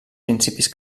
principis